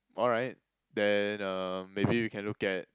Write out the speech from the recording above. alright then um maybe we can look at